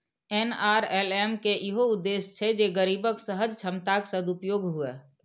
NRLM के इहो उद्देश्य छै जे गरीबक सहज क्षमताक सदुपयोग हुअय